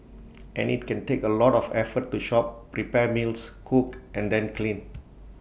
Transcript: and IT can take A lot of effort to shop prepare meals cook and then clean